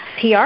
PR